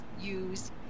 use